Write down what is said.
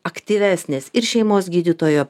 aktyvesnės ir šeimos gydytojo